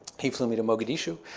he flew me to mogadishu.